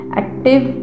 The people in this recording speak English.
active